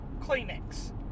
Kleenex